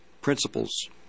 principles